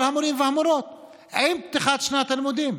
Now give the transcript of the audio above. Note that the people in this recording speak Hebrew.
המורים והמורות עם פתיחת שנת הלימודים,